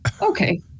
okay